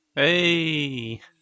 Hey